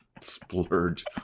splurge